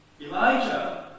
Elijah